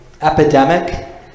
epidemic